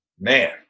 Man